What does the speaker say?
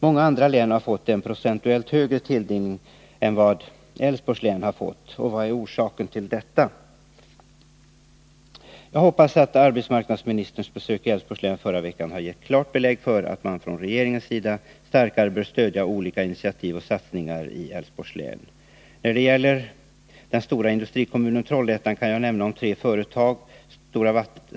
Många andra län har fått en procentuellt sett högre tilldelning än vad Älvsborgs län har fått. Vad är orsaken till detta? Jag hoppas att arbetsmarknadsministerns besök i Älvsborgs län förra veckan har gett klart belägg för att man från regeringens sida starkare bör stödja olika initiativ och satsningar i Älvsborgs län. Beträffande den stora industrikommunen Trollhättan kan jag nämna tre företag.